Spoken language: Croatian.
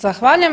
Zahvaljujem.